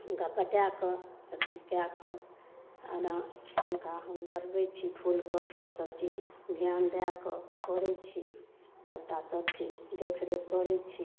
हुनका पटाय कऽ सब चीज कै कऽ आगाँ हम हुनका हम बढ़बैत छी फूल कऽ सब चीज धिआन दैकऽ करैत छी सबटा सब चीज देख रेख करैत छी